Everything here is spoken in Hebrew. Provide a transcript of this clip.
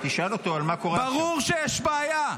תשאל אותו מה קורה --- ברור שיש בעיה,